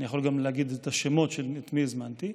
אני יכול גם להגיד את השמות של מי שהזמנתי.